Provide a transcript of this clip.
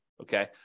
Okay